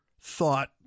thought